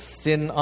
sin